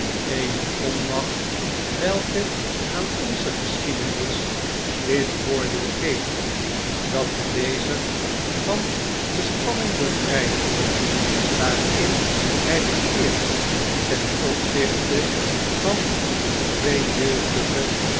eene onmacht welke aan onze geschiedenis dit voordeel geeft dat de lezer van de spanning bevrijd wordt waarin hij verkeert ten opzichte van de twee jeugdige